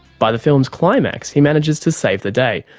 by the film's climax he manages to save the day,